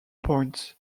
points